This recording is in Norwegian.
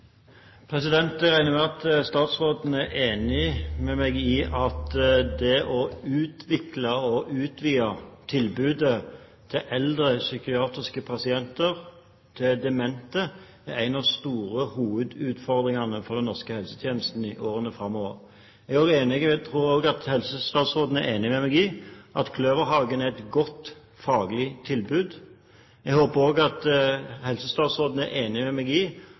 enig med meg i at det å utvikle og utvide tilbudet til eldre psykiatriske pasienter og til demente er en av de store hovedutfordringene for det norske helsevesenet i årene framover. Jeg tror også at helsestatsråden er enig med meg i at Kløverhagen er et godt, faglig tilbud. Jeg håper også at helsestatsråden er enig med meg i